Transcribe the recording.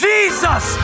Jesus